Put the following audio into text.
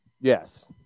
Yes